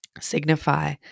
signify